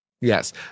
Yes